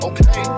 Okay